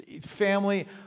family